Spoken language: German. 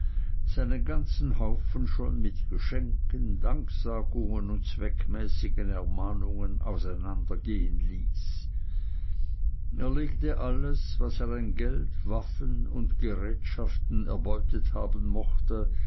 seinen ganzen haufen schon mit geschenken danksagungen und zweckmäßigen ermahnungen auseinandergehen ließ er legte alles was er an geld waffen und gerätschaften erbeutet haben mochte